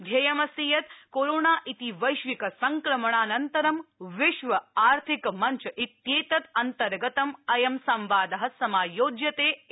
ध्येयम् अस्ति यत् कोरोना इति वैश्विकसंक्रमणानन्तरं विश्व आर्थिक मञ्च इत्येतत् अन्तर्गतं अयं संवाद समायोज्यते इति